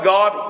God